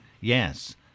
Yes